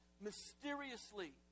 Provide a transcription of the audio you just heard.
mysteriously